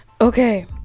Okay